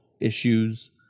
issues